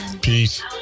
Peace